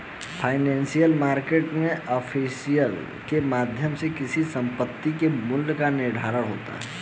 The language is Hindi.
फाइनेंशियल मार्केट एफिशिएंसी के माध्यम से किसी संपत्ति के मूल्य का निर्धारण होता है